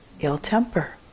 ill-temper